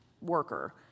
worker